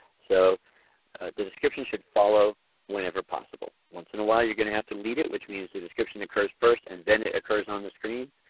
so the description should follow whenever possible. once in a while you'll have to lead it which means description occurs first and then occurs on the screen,